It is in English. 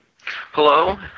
Hello